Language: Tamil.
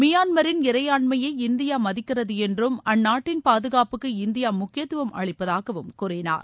மியான்மரின் இறையான்மையை இந்தியா மதிக்கிறது என்றும் அந்நாட்டின் பாதுகாப்புக்கு இந்தியா முக்கியத்துவம் அளிப்பதாகவும் கூறினார்